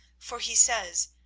for he says,